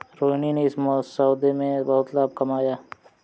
रोहिणी ने इस सौदे में बहुत लाभ कमाया